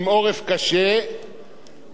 שלא לומר: עם קשה עורף.